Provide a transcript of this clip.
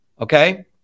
Okay